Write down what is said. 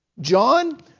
John